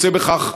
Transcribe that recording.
רוצה בכך,